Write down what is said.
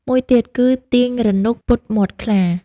មួយទៀតគឺ "ទាញរនុក ពុតមាត់ខ្លា"